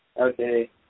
Okay